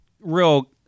real